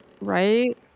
Right